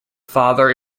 father